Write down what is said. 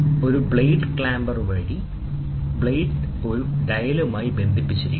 ഒരു blade clamper വഴി blade ഒരു ഡയലുമായി ബന്ധിപ്പിച്ചിരിക്കുന്നു